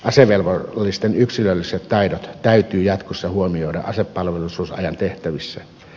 asevelvollisten yksilölliset taidot täytyy jatkossa huomioida asepalvelusajan tehtävissä